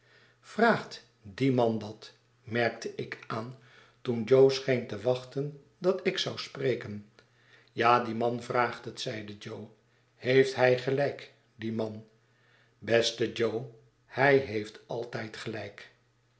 vraagt die man dat merkteikaan toen jo scheen te wachten dat ik zou spreken ja die man vraagt het zeide jo heeft hij gelijk die man beste jo hij heeft altijd gelijk